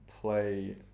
play